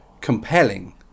compelling